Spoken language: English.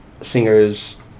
singers